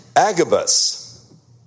Agabus